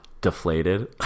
deflated